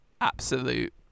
absolute